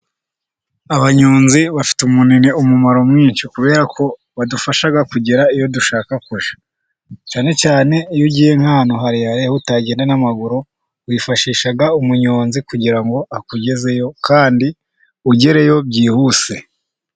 Abanyonzi bafite umuro mwinshi, kubera ko badufasha kugera iyo dushaka kujya, cyane cyane iyo ugiye nkahantu harehare, utagenda n'amaguru wifashisha umunyonzi, kugira ngo akugezeyo kandi ugereyo byihuse.